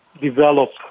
develop